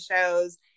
shows